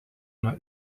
nuo